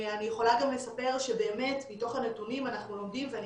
אני יכולה גם לספר שבאמת מתוך הנתונים אנחנו לומדים ואני